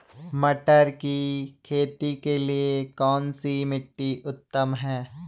मटर की खेती के लिए कौन सी मिट्टी उत्तम है?